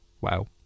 Wow